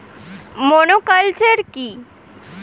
Monoculture কি?